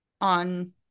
On